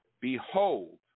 behold